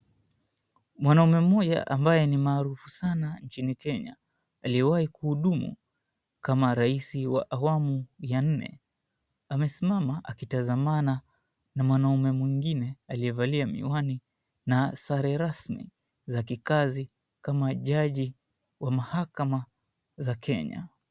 Mwanaume mmoja ambaye ni maarufu sana nchini Kenya aliyewaℎi kuhudumu kama 𝑟aisi wa awamu ya nne amesimama akitazamana na mwanaume mwingine aliyevalia miwani na sare rasmi za kikazi kama jaji wa mahakama za Kenya.